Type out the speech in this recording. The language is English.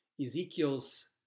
Ezekiel's